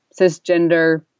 cisgender